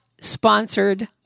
sponsored